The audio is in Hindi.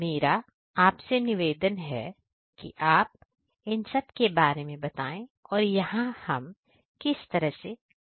मेरा आपसे निवेदन है कि आप इन सबके के बारे में बताएं कि यहां पर हम किस तरह से काम करते हैं